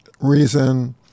Reason